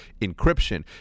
encryption